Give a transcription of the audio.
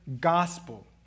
gospel